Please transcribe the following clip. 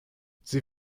sie